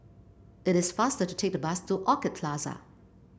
it is faster to take the bus to Orchid Plaza